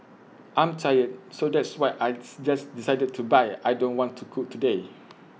I'm tired so that's why I just decided to buy IT I don't want to cook today